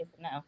no